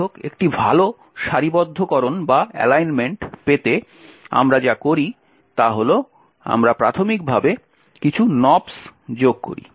যাইহোক একটি ভাল সারিবদ্ধকরণ পেতে আমরা যা করি তা হল আমরা প্রাথমিকভাবে কিছু nops যোগ করি